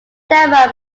that